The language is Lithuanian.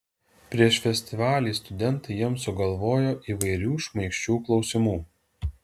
prieš festivalį studentai jiems sugalvojo įvairių šmaikščių klausimų